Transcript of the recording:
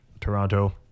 Toronto